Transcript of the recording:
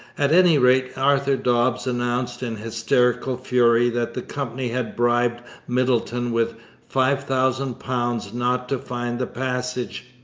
at any rate arthur dobbs announced in hysterical fury that the company had bribed middleton with five thousand pounds not to find the passage.